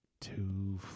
two